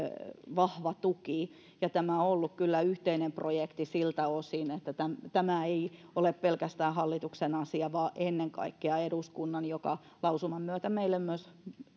vahva tuki ja tämä on ollut kyllä yhteinen projekti siltä osin että tämä ei ole pelkästään hallituksen asia vaan ennen kaikkea eduskunnan jonka lausuman myötä tämä